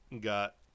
got